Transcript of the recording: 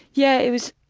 yeah, it was